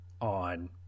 on